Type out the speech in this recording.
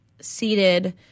seated